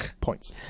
Points